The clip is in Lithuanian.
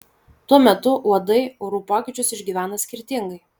tuo metu uodai orų pokyčius išgyvena skirtingai